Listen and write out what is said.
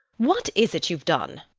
what is it you've done?